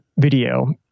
Video